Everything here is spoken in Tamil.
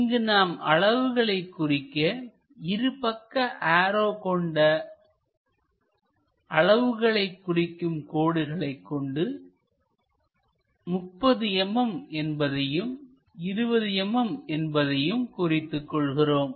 இங்கு நாம் அளவுகளை குறிக்க இருபக்க ஆரோக்கள் கொண்ட அளவுகளை குறிக்கும் கோடுகளை கொண்டு 30 mm என்பதையும் 20 mm என்பதையும் குறித்துக் கொள்கிறோம்